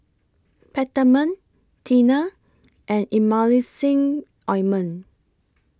Peptamen Tena and Emulsying Ointment